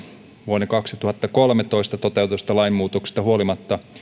vuonna kaksituhattakolmetoista toteutetusta lainmuutoksesta huolimatta